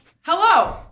hello